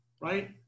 right